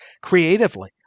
creatively